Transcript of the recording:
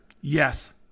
Yes